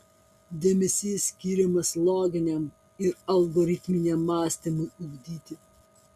dėmesys skiriamas loginiam ir algoritminiam mąstymui ugdyti